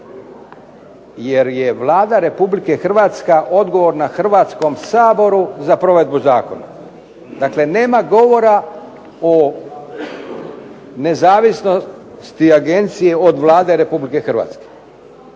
jer je Vlada Republike Hrvatske odgovorna Hrvatskom saboru za provedbu zakona. Dakle nema govora o nezavisnosti agencije od Vlade Republike Hrvatske